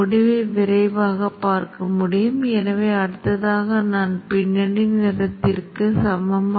BJT அணைக்கப்படும் தருணத்தில் நீங்கள் அதிக ஸ்பைக்கைக் பார்க்கலாம் பின்னர் தற்போதைய டிகேட் அதிவேகமாக Vin மதிப்பு அல்லது VCC மதிப்பை நோக்கிச் செல்லும்